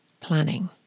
planning